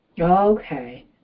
Okay